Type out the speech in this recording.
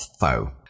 Foe